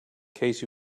case